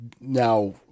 now